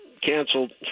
canceled